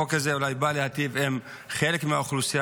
החוק הזה אולי בא להיטיב עם חלק מהאוכלוסייה,